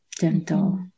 gentle